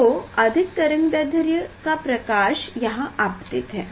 तो अधिक तरंगदैध्र्य का प्रकाश यहाँ आपतित है